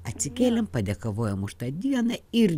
atsikėlėm padėkavojom už tą dieną ir